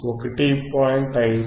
59 kilo hertz